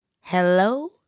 Hello